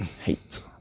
Hate